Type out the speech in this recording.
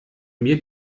mir